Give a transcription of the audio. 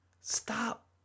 Stop